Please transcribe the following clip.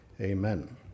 amen